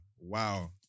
Wow